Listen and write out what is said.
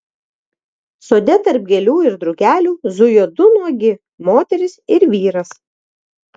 sode tarp gėlių ir drugelių zujo du nuogi moteris ir vyras